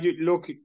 look